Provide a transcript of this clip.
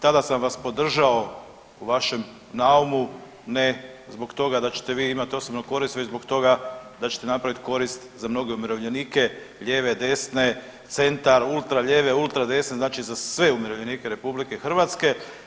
Tada sam vas podržao u vašem naumu ne zbog toga da ćete vi imati osobnu korist već zbog toga da ćete napraviti korist za mnoge umirovljenike, lijeve, desne, centar, ultra lijeve, ultra desne, znači za sve umirovljenike Republike Hrvatske.